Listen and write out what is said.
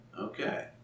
Okay